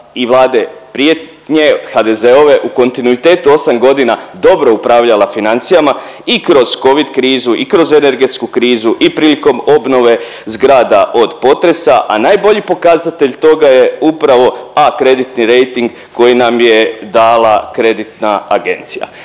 i vlade prije nje HDZ-ove u kontinuitetu 8 godina dobro upravljala financijama i kroz Covid krizu i kroz energetsku krizu i prilikom obnove zgrada od potresa, a najbolji pokazatelj toga je upravo A kreditni rejting koji nam je dala kreditna agencija.